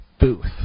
booth